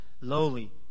lowly